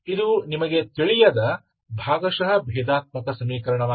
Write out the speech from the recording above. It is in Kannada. ಇದು ನಿಮಗೆ ತಿಳಿಯದ ಭಾಗಶಃ ಭೇದಾತ್ಮಕ ಸಮೀಕರಣವಾಗಿದೆ